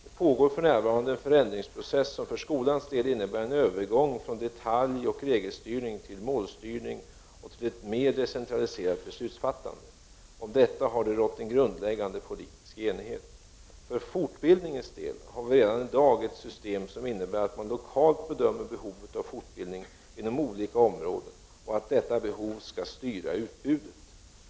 Det pågår för närvarande en förändringsprocess som för skolans del innebär en övergång från detaljoch regelstyrning till målstyrning och till ett mer decentraliserat beslutsfattande. Om detta har det rått en grundläggande politisk enighet. För fortbildningens del har vi redan i dag ett system som innebär att man lokalt bedömer behovet av fortbildning inom olika områden och att detta behov skall styra utbudet.